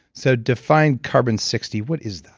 so, define carbon sixty. what is that?